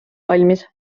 valmis